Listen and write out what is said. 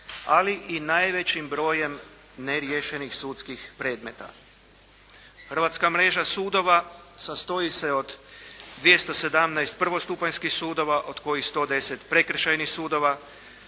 ali i najvećim brojem ne riješenih sudskih predmeta. Hrvatska mreža sudova sastoji se od 217 prvostupanjskih sudova, od kojih 110 prekršajnih sudova,